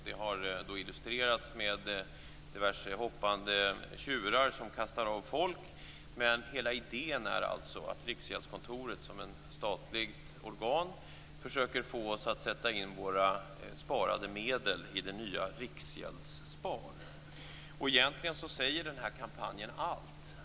Det har illustrerats med diverse hoppande tjurar som kastar av folk. Men hela idén är att Riksgäldskontoret, som är ett statligt organ, försöker få oss att sätta in våra sparmedel i det nya Riksgäldsspar. Egentligen säger den här kampanjen allt.